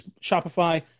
Shopify